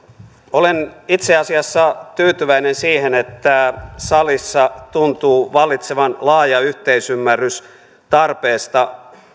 olen itse asiassa tyytyväinen siihen että salissa tuntuu vallitsevan laaja yhteisymmärrys tarpeesta